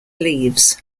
leaves